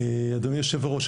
אדוני יושב-הראש,